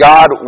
God